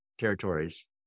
territories